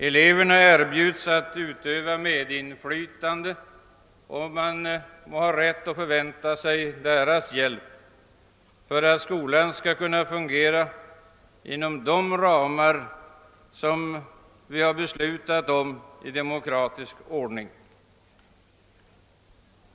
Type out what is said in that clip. Eleverna erbjuds att utöva medinflytande, och man må ha rätt att förvänta sig deras hjälp för att skolan skall kunna fungera inom de ramer som vi har beslutat om i demokratisk ordning.